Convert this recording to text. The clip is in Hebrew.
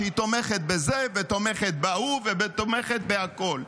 שהיא תומכת בזה ותומכת בהוא ותומכת בכול.